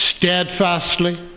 steadfastly